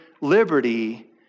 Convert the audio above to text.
liberty